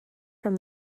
from